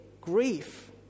grief